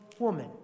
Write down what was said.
Woman